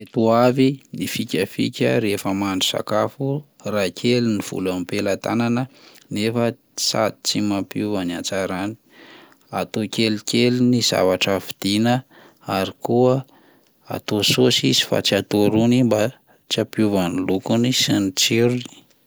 Ireto avy ny fikafika rehefa mahandro sakafo raha kely ny vola eo am-pelantanana nefa sady tsy mampiova ny hatsarany: atao kelikely ny zavatra vidiana, ary koa atao saosy izy fa tsy atao rony mba tsy hampiova ny lokony sy ny tsirony.